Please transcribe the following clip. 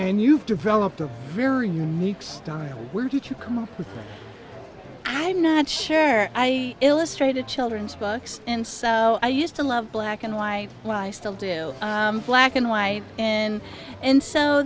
and you've developed a very unique style where did you come up with i'm not sure i illustrated children's books and so i used to love black and why why i still do black and white in and so